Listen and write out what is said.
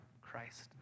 Christ